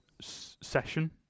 session